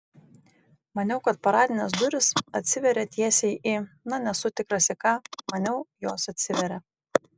maniau kad paradinės durys atsiveria teisiai į na nesu tikras į ką maniau jos atsiveria